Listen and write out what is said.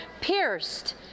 pierced